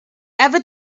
ever